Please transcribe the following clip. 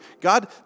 God